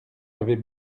avait